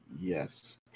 Yes